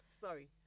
sorry